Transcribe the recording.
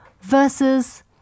versus